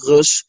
Rus